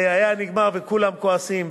אם זה היה חוק הסדרים, זה היה נגמר וכולם כועסים.